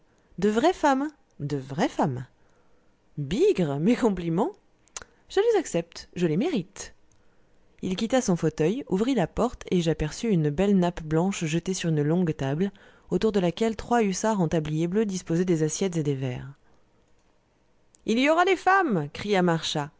de vraies femmes de vraies femmes bigre mes compliments je les accepte je les mérite il quitta son fauteuil ouvrit la porte et j'aperçus une belle nappe blanche jetée sur une longue table autour de laquelle trois hussards en tablier bleu disposaient des assiettes et des verres il y aura des femmes cria marchas